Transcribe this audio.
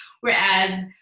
Whereas